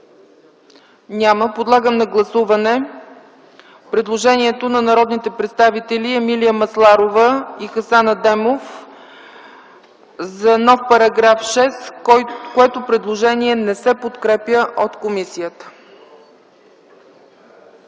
Няма. Подлагам на гласуване предложението на народните представители Емилия Масларова и Хасан Адемов за нов § 6, което не се подкрепя от комисията.